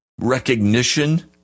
recognition